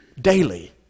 daily